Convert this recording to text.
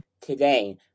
today